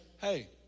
hey